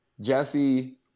Jesse